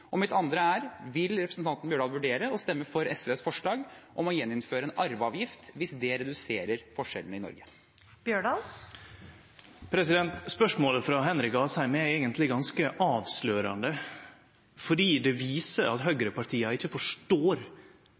forslag. Mitt spørsmål er todelt: Hvilke skatter mener representanten Bjørdal at må økes, utover det Arbeiderpartiet foreslo i sitt alternative budsjett? Og det andre er: Vil representanten Bjørdal vurdere å stemme for SVs forslag om å gjeninnføre en arveavgift, hvis det reduserer forskjellene i Norge? Spørsmålet frå Henrik Asheim er eigentleg ganske